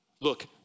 Look